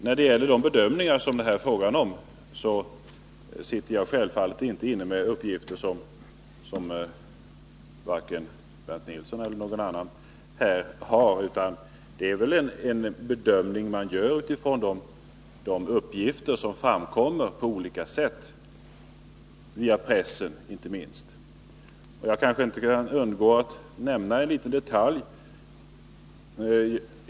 När det gäller de bedömningar det här är fråga om sitter jag självfallet inte inne med några uppgifter som inte också Bernt Nilsson och andra här har, utan det gäller väl här bedömningar som görs utifrån de uppgifter som framkommer på olika sätt, inte minst via pressen. Jag kan i det sammanhanget inte underlåta att nämna en liten detalj.